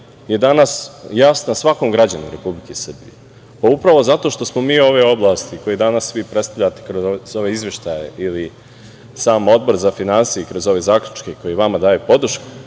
danas jasna svakom građaninu Republike Srbije, a upravo zato što smo mi ove oblasti, koje vi predstavljate kroz ove izveštaje ili sam Odbor za finansije kroz ove zaključke, koji vama daje podršku